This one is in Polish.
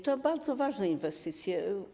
To bardzo ważne inwestycje.